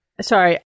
sorry